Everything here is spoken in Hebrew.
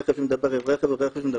רכב שמדבר עם תשתית,